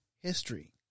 history